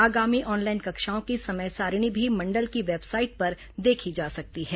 आगामी ऑनलाइन कक्षाओं की समय सारिणी भी मंडल की वेबसाइट पर देखी जा सकती है